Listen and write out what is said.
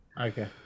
Okay